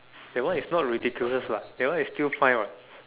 that one is not ridiculous lah that one is still fine what